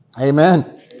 Amen